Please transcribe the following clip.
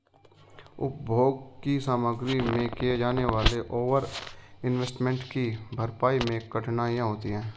उपभोग की सामग्री में किए जाने वाले ओवर इन्वेस्टमेंट की भरपाई मैं कठिनाई होती है